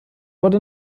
wurde